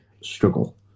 Struggle